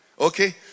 okay